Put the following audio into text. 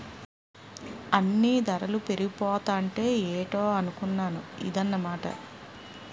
అన్నీ దరలు పెరిగిపోతాంటే ఏటో అనుకున్నాను ఇదన్నమాట